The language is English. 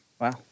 Wow